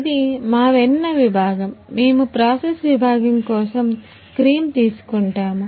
ఇది మా వెన్న విభాగంమేము ప్రాసెస్ విభాగం కోసం క్రీమ్ తీసుకుంటాము